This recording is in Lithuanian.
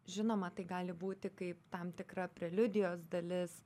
žinoma tai gali būti kaip tam tikra preliudijos dalis